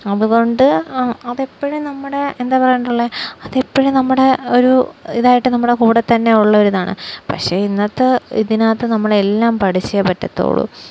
അതുകൊണ്ട് അതെപ്പോഴും നമ്മുടെ എന്താണ് പറഞ്ഞിട്ടുള്ളത് അതെപ്പോഴും നമ്മുടെ ഒരു ഇതായിട്ട് നമ്മുടെ കൂടെ തന്നെയുള്ളൊരിതാണ് പക്ഷേ ഇന്നത്തെ ഇതിനകത്ത് നമ്മളെല്ലാം പഠിച്ചേ പറ്റുകയുള്ളൂ